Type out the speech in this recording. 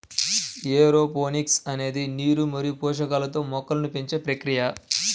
aeroponics అనేది నీరు మరియు పోషకాలతో మొక్కలను పెంచే ప్రక్రియ